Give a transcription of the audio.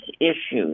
issues